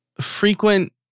frequent